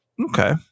Okay